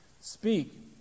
speak